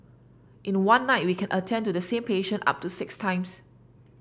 in one night we can attend to the same patient up to six times